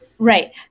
Right